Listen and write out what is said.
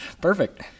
Perfect